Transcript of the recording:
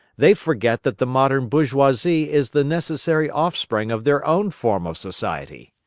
they forget that the modern bourgeoisie is the necessary offspring of their own form of society.